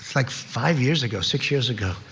like five years ago, six years ago.